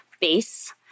base